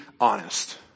honest